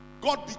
god